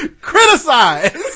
Criticize